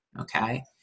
Okay